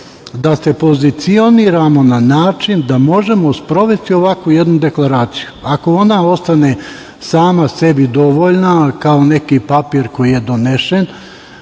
da se pozicioniramo na način da možemo sprovesti ovakvu jednu deklaraciju. Ako ona ostane sama sebi dovoljna, kao neki papir koji je donesen,